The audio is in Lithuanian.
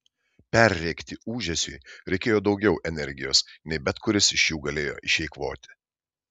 perrėkti ūžesiui reikėjo daugiau energijos nei bet kuris iš jų galėjo išeikvoti